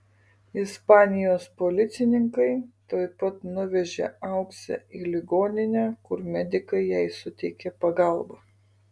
ispanijos policininkai tuoj pat nuvežė auksę į ligoninę kur medikai jai suteikė pagalbą